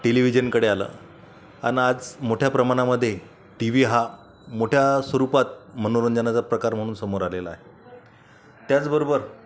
टेलिविजनकडे आला आणि आज मोठ्या प्रमाणामध्ये टी व्ही हा मोठ्या स्वरूपात मनोरंजनाचा प्रकार म्हणून समोर आलेला आहे त्याचबरोबर